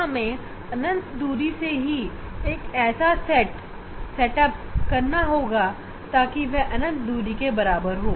तो हमें सीमित दूरी में ही एक ऐसा सेट अप करना होगा ताकि वह अनंत दूरी के बराबर हो